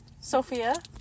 Sophia